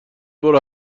برو